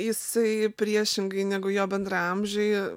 jisai priešingai negu jo bendraamžiai